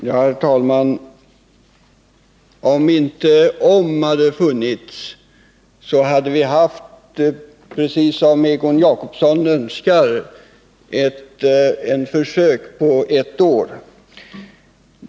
Herr talman! Om inte om hade funnits, så hade vi, precis som Egon Jacobsson önskar, haft ett försök med lördagsstängning av systembutikerna på ett år.